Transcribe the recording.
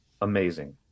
amazing